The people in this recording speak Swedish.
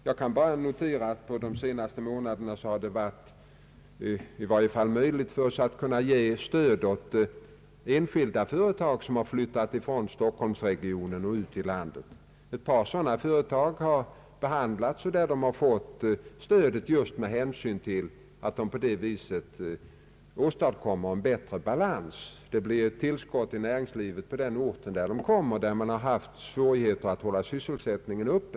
Jag kan bara notera att det i varje fall under de senaste månaderna varit möjligt för oss att ge stöd åt enskilda företag som flyttat från stockholmsregionen ut i landet. Ett par sådana företag har fått stödet just med hänsyn till att de åstadkommer en bättre balans på detta vis. De blir ett tillskott till näringslivet på den ort dit de flyttar och där man har haft svårigheter att hålla sysselsättningen uppe.